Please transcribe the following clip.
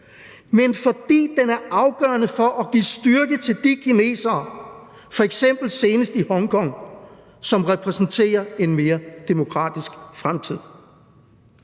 men fordi den er afgørende for at give styrke til de kinesere, f.eks. senest i Hongkong, som repræsenterer en mere demokratisk fremtid.